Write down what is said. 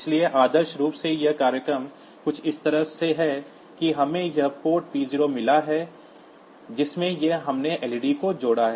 इसलिए आदर्श रूप से यह प्रोग्राम कुछ इस तरह है कि हमें यह पोर्ट p0 मिला है जिसमें से हमने लइडी को जोड़ा है